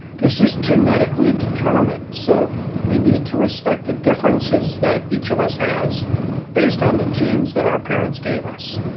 this is genetically determined, so we need to respect the differences that each of us has based on the genes that our parents gave us.